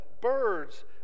birds